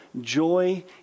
joy